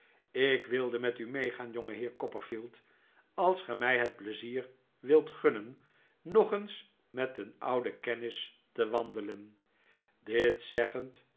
ik wilde met u meegaan jongeheer copperfield als ge mij het pleizier wilt gunnen nog eens met een ouden kennis te wandelen dit zeggend